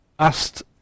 asked